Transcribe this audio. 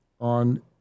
on